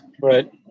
Right